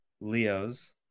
Leo's